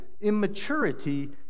immaturity